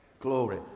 Glory